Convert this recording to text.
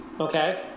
okay